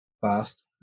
Fast